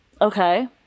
Okay